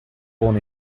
born